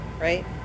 right